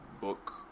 book